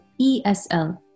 ESL